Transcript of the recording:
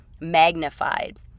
magnified